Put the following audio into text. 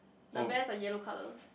the bears are yellow colour